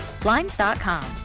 Blinds.com